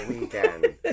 weekend